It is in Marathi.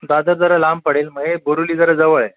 दादर जरा लांब पडेल मग हे बोरीवली जरा जवळ आहे